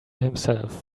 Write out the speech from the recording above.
himself